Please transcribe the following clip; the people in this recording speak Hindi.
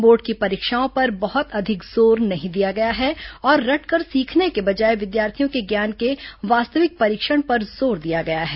बोर्ड की परीक्षाओं पर बहत अधिक जोर नहीं दिया गया है और रट कर सीखने के बजाए विद्यार्थियों के ज्ञान के वास्तविक परीक्षण पर जोर दिया गया है